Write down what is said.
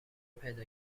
پیدا